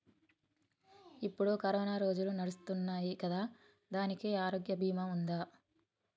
ఇప్పుడు కరోనా రోజులు నడుస్తున్నాయి కదా, దానికి ఆరోగ్య బీమా ఉందా?